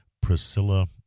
Priscilla